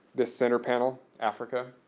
this center panel, africa,